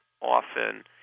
often